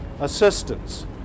assistance